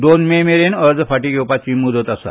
दोन मे मेरेन अर्ज फाटीं घेवपाची मुदत आसा